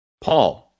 paul